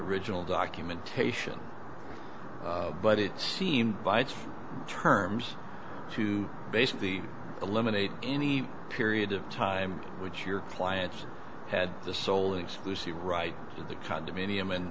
original documentation but it seemed by its terms to basically eliminate any period of time which your clients had the sole exclusive right to that condominium